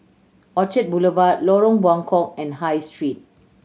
Orchard Boulevard Lorong Buangkok and High Street